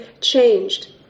changed